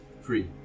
free